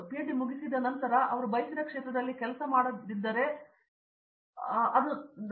PhD ಮುಗಿದ ನಂತರ ಅವರು ಬಯಸಿದ ಕ್ಷೇತ್ರದಲ್ಲಿ ಕೆಲಸ ಮಾಡದಿದ್ದರೆ ಅಥವಾ ಅದು ನನ್ನ ಪ್ರಕಾರವಾಗಿರಬಹುದು